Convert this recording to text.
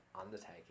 undertaking